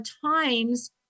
times